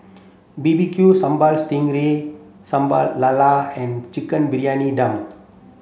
B B Q Sambal Sting Ray Sambal Lala and Chicken Briyani Dum